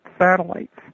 satellites